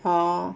orh